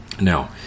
Now